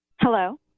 Hello